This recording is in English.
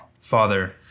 Father